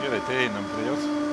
gerai tai einam prie jos